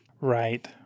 Right